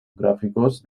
gráficos